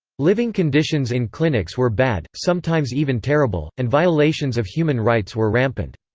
living conditions in clinics were bad, sometimes even terrible, and violations of human rights were rampant.